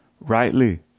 rightly